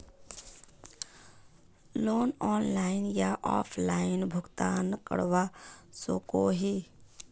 Loan online या offline भुगतान करवा सकोहो ही?